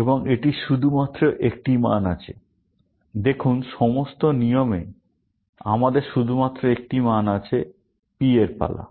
এবং এটির শুধুমাত্র একটি মান আছে দেখুন সমস্ত নিয়মে আমাদের শুধুমাত্র একটি মান আছে P এর পালা